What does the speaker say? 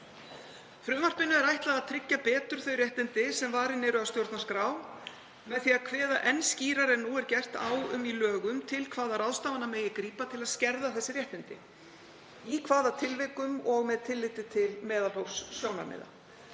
Frumvarpinu er ætlað að tryggja betur þau réttindi sem varin eru af stjórnarskrá með því að kveða enn skýrar en nú er gert, á um það í lögum til hvaða ráðstafana megi grípa til að skerða þessi réttindi, í hvaða tilvikum og með tilliti til meðalhófssjónarmiða.